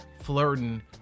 flirting